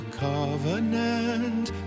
covenant